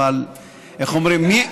אבל איך אומרים,